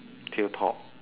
tail top